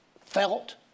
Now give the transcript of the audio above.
felt